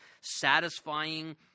satisfying